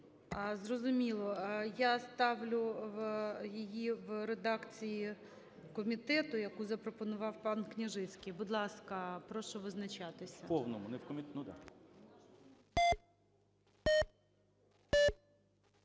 Зрозуміло. Я ставлю її в редакції комітету, яку запропонував пан Княжицький. Будь ласка, прошу визначатися. 13:36:13 За-20